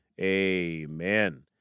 amen